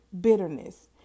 bitterness